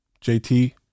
JT